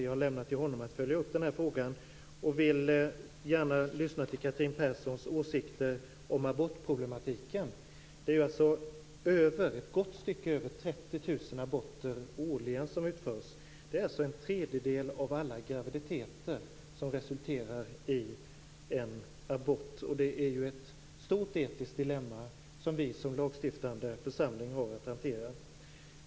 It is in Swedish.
Jag lämnar till honom att följa upp den här frågan och vill gärna lyssna till Catherine Perssons åsikter om abortproblematiken. Över 30 000 aborter genomförs årligen. Det är alltså en tredjedel av alla graviditeter som resulterar i en abort. Det är ett stort etiskt dilemma som vi som lagstiftande församling har att hantera.